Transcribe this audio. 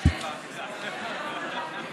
תודה רבה לך, גברתי היושבת-ראש.